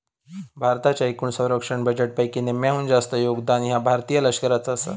भारताच्या एकूण संरक्षण बजेटपैकी निम्म्याहून जास्त योगदान ह्या भारतीय लष्कराचा आसा